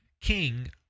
King